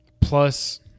plus